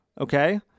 Okay